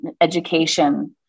education